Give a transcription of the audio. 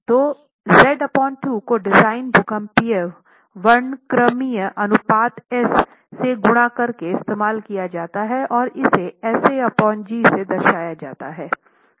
तो Z 2 को design भूकंप वर्णक्रमीय अनुपात एस से गुणा करके इस्तेमाल किया जाता है और इसे Sag से दर्शाया जाता है